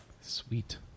Sweet